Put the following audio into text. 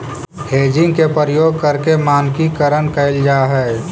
hedging के प्रयोग करके मानकीकरण कैल जा हई